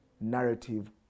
narrative